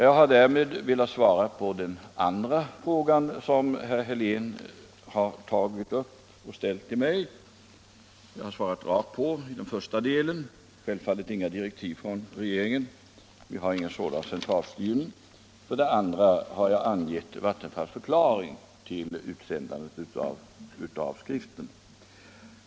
Jag har därmed svarat på den andra fråga som herr Helén tagit upp och ställt till mig. Jag har svarat direkt på frågan i den första delen. Självfallet har inga direktiv utgått från regeringen — vi har ju inte någon sådan centralstyrning. I den andra delen har jag angett Vattenfalls förklaring till utsändandet av skriften.